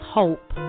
hope